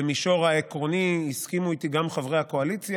במישור העקרוני הסכימו איתי גם חברי הקואליציה,